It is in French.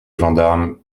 gendarme